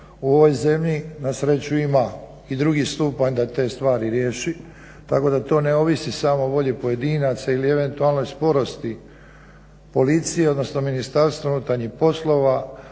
u ovoj zemlji nasreću ima i drugi stupanj da te stvari riješi tako da to ne ovisi samo o volji pojedinaca ili eventualnoj sporosti policije, odnosno Ministarstva unutarnjih poslova.